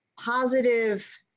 positive